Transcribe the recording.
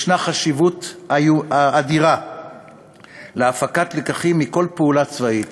יש חשיבות אדירה להפקת לקחים מכל פעולה צבאית